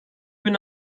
bin